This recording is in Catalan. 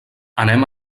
anem